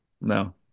No